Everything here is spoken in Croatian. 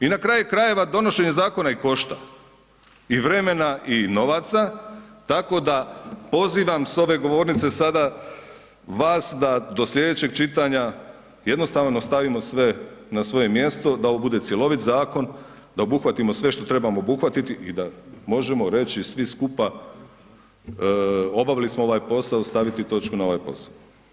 I na kraju krajeva donošenje zakona i košta i vremena i novaca tako da poziva s ove govornice sada vas da do slijedećeg čitanja jednostavno nastavimo sve na svoje mjesto da ovo bude cjelovit zakon, da obuhvatimo sve što trebamo obuhvatiti i da možemo reći svi skupa, obavili smo ovaj posao, staviti točku na ovaj posao.